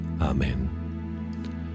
Amen